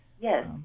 Yes